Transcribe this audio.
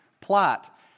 plot